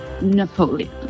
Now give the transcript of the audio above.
Napoleon